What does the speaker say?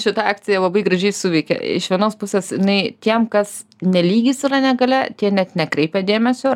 šita akcija labai gražiai suveikė iš vienos pusės nei tiem kas ne lygis yra negalia tie net nekreipia dėmesio